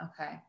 Okay